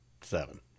Seven